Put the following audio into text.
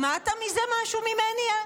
שמעתם על זה משהו ממני?